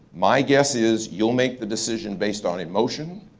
my guess is you'll make the decision based on emotion,